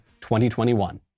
2021